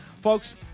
Folks